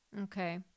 okay